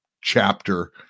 chapter